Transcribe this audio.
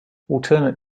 alternate